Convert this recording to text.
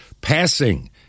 passing